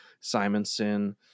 Simonson